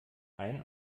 ein